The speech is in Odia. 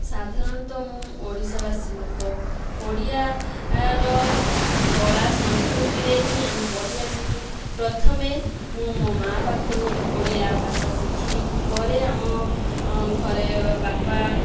ସାଧାରଣତଃ ମୁଁ ଓଡ଼ିଶାବାସୀ ଲୋକ ଓଡ଼ିଆର କଳା ସଂସ୍କୃତିରେ ହିଁ ଆମେ ବଢ଼ି ଆସିଛୁ ପ୍ରଥମେ ମୁଁ ମୋ ମାଆ ପାଖରୁ ଓଡ଼ିଆ ଭାଷା ଶିଖିଲି ପରେ ଆମ ଘରେ ବାପା